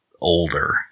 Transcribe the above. older